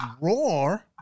Roar